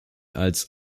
als